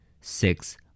Six